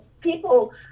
people